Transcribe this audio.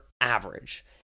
average